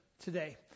today